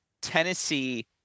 Tennessee